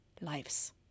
lives